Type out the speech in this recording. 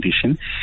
condition